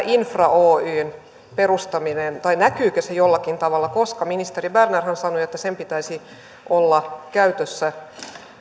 infra oyn perustaminen nyt kehyksissä jollakin tavalla ministeri bernerhän sanoi että sen pitäisi olla käytössä